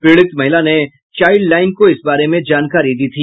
पीड़ित महिला ने चाइल्ड लाइन को इस बारे में जानकारी दी थी